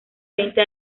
veinte